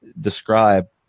describe